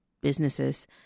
businesses